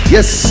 Yes